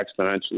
exponentially